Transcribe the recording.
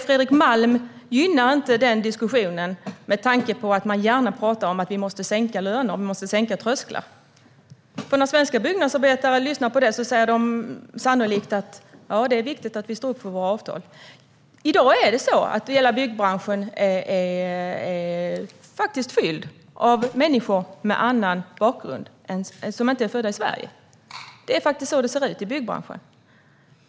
Fredrik Malm gynnar inte diskussionen med tanke på att man gärna talar om att vi måste sänka löner och trösklar. När svenska byggnadsarbetare lyssnar på detta säger de sannolikt: Det är viktigt att vi står upp för våra avtal. I dag är hela byggbranschen fylld av människor med annan bakgrund än den svenska och människor som inte är födda i Sverige. Det är så det ser ut i byggbranschen.